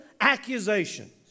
accusations